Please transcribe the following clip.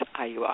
IUI